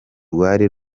rwari